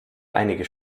einige